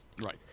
Right